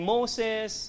Moses